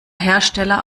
hersteller